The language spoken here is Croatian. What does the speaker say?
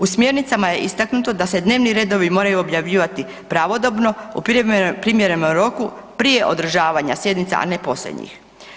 U smjernicama je istaknuto da se dnevni redovi moraju objavljivati pravodobno u primjernom roku prije održavanja sjednica, a ne poslije njih.